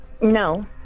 No